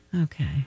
Okay